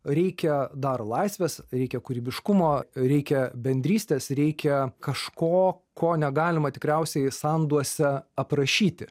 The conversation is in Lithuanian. reikia dar laisvės reikia kūrybiškumo reikia bendrystės reikia kažko ko negalima tikriausiai sanduose aprašyti